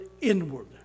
inward